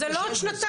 זה לא עוד שנתיים.